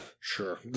sure